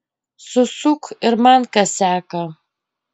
susuk ir man kasiaką